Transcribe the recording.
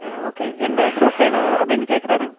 ஆ okay என்ன group வேணும் அப்படின் கேட்கறாரு